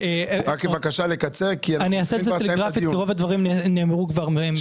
רוב הדברים כבר נאמרו.